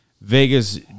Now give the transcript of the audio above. Vegas